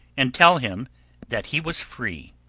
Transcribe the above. and tell him that he was free.